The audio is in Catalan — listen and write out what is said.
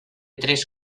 tres